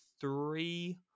three